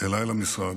אליי למשרד.